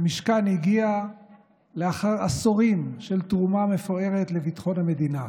למשכן הגיע לאחר עשורים של תרומה מפוארת לביטחון המדינה.